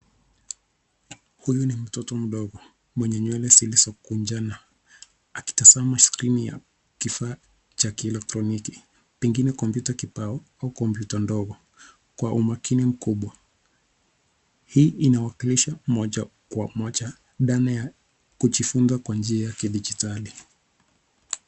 Huyu ni mtoto mdogo mwenye nywele zilizokunjana akitazama skrini ya kifaa cha kielektroniki, pengine kompyuta kibao au kompyuta ndogo kwa umakinikubwa. Hii inawakilisha moja kwa moja dhana ya kujifunza kwa njia ya kidijitali.